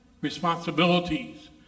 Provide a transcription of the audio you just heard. responsibilities